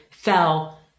fell